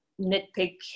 nitpick